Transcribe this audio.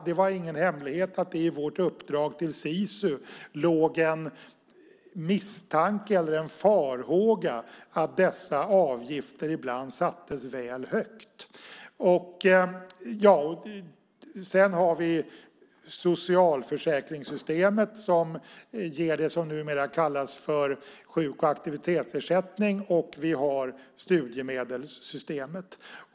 Det är ingen hemlighet att det i vårt uppdrag till Sisus låg en farhåga för att dessa avgifter ibland sattes väl högt. Vidare har vi socialförsäkringssystemet som ger det som numera kallas för sjuk och aktivitetsersättning, och vi har studiemedelssystemet.